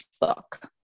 book